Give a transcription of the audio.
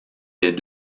des